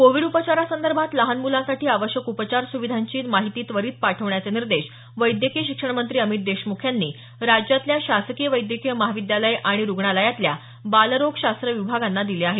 Covid उपचारांसंदर्भात लहान मुलांसाठी आवश्यक उपचार सुविधांची माहिती त्वरित पाठवण्याचे निर्देश वैद्यकीय शिक्षण मंत्री अमित देशमुख यांनी राज्यातल्या शासकीय वैद्यकीय महाविद्यालय आणि रुग्णालयातल्या बालरोगशास्त्र विभागांना दिले आहेत